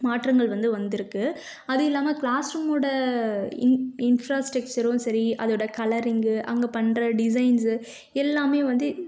மாற்றங்கள் வந்து வந்துருக்குது அது இல்லாமல் க்ளாஸ் ரூமோட இன் இன்ஃப்ராஸ்ட்ரக்ச்சரும் சரி அதோட கலரிங்கு அங்கே பண்ணுற டிசைன்ஸு எல்லாம் வந்து